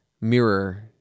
Mirror